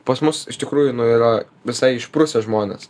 pas mus iš tikrųjų nu yra visai išprusę žmonės